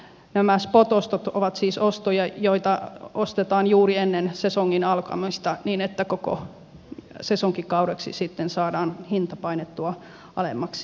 nämä spot ostot ovat siis ostoja joita ostetaan juuri ennen sesongin alkamista niin että koko sesonkikaudeksi sitten saadaan hinta painettua alemmaksi